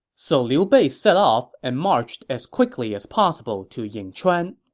so liu bei set off and marched as quickly as possible to yingchuan.